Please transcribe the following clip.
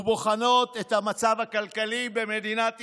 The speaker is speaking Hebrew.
ובוחנות את המצב הכלכלי במדינת ישראל.